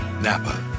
NAPA